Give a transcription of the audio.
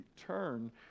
turn